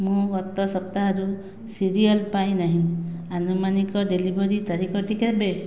ମୁଁ ଗତ ସପ୍ତାହରୁ ସିରିଅଲ୍ ପାଇ ନାହିଁ ଆନୁମାନିକ ଡେଲିଭରି ତାରିଖଟି କେବେ